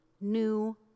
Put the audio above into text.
new